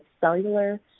cellular